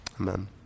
Amen